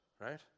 right